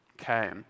Okay